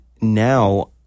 now